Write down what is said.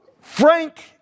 frank